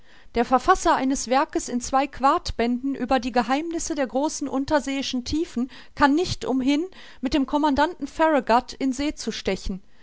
der verfasser eines werkes in zwei quartbänden über die geheimnisse der großen unterseeischen tiefen kann nicht umhin mit dem commandanten farragut in see zu stechen